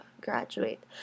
graduate